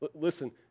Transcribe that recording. Listen